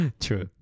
True